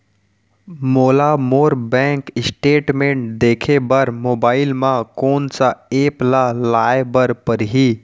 मोला मोर bank statement देखे बर मोबाइल मा कोन सा एप ला लाए बर परही?